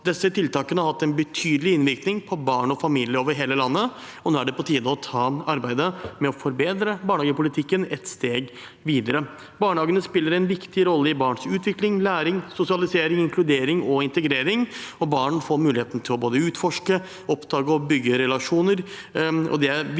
Disse tiltakene har hatt en betydelig innvirkning på barn og familier over hele landet, og nå er det på tide å ta arbeidet med å forbedre barnehagepolitikken et steg videre. Barnehagene spiller en viktig rolle i barns utvikling, læring, sosialisering, inkludering og integrering. Barn får muligheten til å både utforske, oppdage og bygge relasjoner,